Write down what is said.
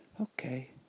okay